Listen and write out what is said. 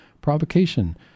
provocation